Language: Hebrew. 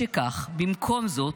משכך --- במקום זאת,